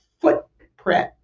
footprint